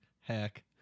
Heck